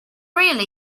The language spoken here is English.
really